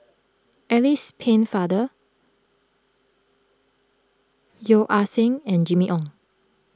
Alice Pennefather Yeo Ah Seng and Jimmy Ong